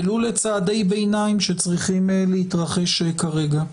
ולו לצעדי ביניים שצריכים להתרחש כרגע.